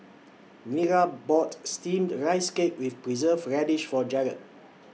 Nira bought Steamed Rice Cake with Preserved Radish For Jarrad